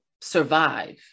survive